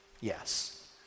yes